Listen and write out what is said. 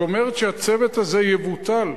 שאומרת שהצוות הזה יבוטל.